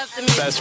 Best